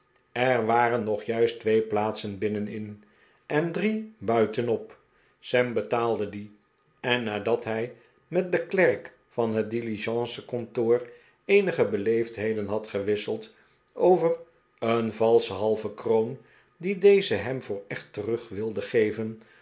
er waren nog juist twee plaatsen binnenin en drie buitenop sam betaalde die en nadat hij met den klerk van het diligencekantoor eenige beleefdheden had gewisseld over een valsche halve kroon die deze hem voor echt terug wilde geven